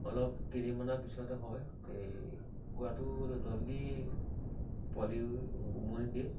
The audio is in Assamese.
অলপ কেইদিনমানৰ পিছতে হয় এই কুকুৰাটো অলপ জল্দি পোৱালি উমনি দিয়ে